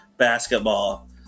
basketball